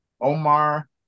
Omar